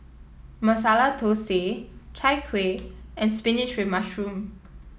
Masala Thosai Chai Kuih and spinach with mushroom